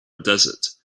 desert